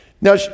Now